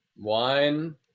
wine